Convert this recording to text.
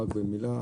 רק מילה,